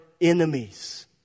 enemies